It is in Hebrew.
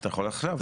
אתה יכול עכשיו.